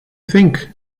think